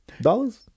Dollars